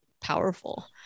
powerful